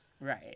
Right